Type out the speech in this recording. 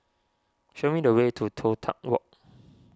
show me the way to Toh Tuck Walk